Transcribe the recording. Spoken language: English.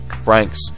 franks